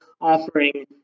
offering